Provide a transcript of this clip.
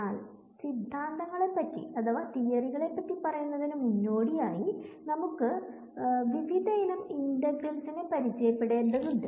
എന്നാൽ സിദ്ധാന്തങ്ങളെ പറ്റി പറയുന്നതിനു മുന്നോടിയായി നമുക്ക് വിവിധ ഇനം ഇന്റഗ്രൽസിനെ പരിചയപ്പെടേണ്ടതുണ്ട്